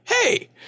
hey